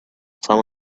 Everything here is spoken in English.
some